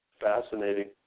Fascinating